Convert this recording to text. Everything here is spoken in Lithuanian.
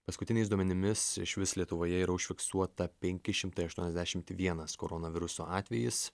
paskutiniais duomenimis išvis lietuvoje yra užfiksuota penki šimtai aštuoniasdešimt vienas koronaviruso atvejis